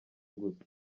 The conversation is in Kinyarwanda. gusa